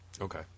Okay